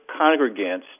congregants